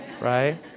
Right